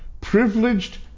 privileged